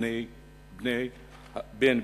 בין בני-האדם,